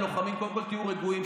הלוחמים: קודם כול תהיו רגועים,